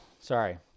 Sorry